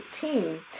team